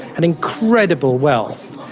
and incredible wealth.